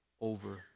over